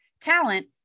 talent